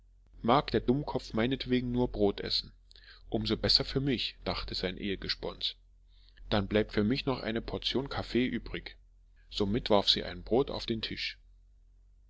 mag der dummkopf meinetwegen nur brot essen um so besser für mich dachte sein ehegespons dann bleibt für mich noch eine portion kaffee übrig und warf ein brot auf den tisch